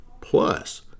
Plus